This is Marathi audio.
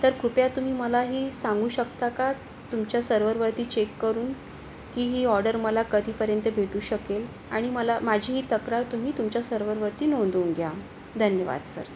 तर कृपया तुम्ही मला हे सांगू शकता का तुमच्या सर्व्हरवरती चेक करून की ही ऑर्डर मला कधीपर्यंत भेटू शकेल आणि मला माझी ही तक्रार तुम्ही तुमच्या सर्व्हरवरती नोंदवून घ्या धन्यवाद सर